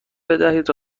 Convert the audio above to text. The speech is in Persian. بدهید